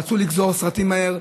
רצו לגזור סרטים מהר,